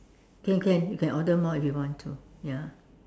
can can you can order more if you want to ya